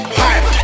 hype